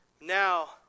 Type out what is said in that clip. Now